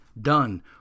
done